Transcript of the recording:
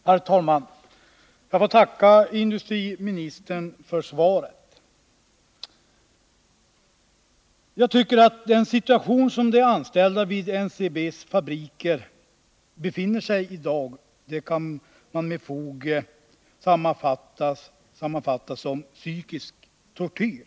Herr talman! Jag får tacka industriministern för svaret. Jag tycker att den situation som de anställda vid NCB:s fabriker i dag befinner sig i med fog kan sammanfattas som psykisk tortyr.